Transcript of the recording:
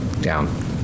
down